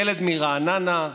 ילד מרעננה,